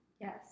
Yes